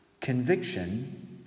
conviction